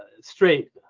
straight